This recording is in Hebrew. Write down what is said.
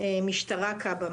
חוה,